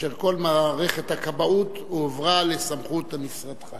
שכל מערכת הכבאות הועברה לסמכות משרדך.